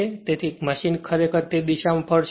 તેથી મશીન ખરેખર તે જ દિશામાં ફરશે છે